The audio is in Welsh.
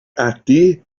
ati